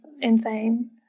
insane